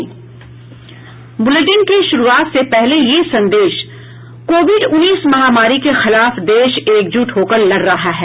bulletin की शुरूआत से पहले ये संदेश कोविड उन्नीस महामारी के खिलाफ देश एकजुट होकर लड़ रहा है